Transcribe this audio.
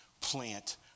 plant